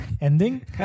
ending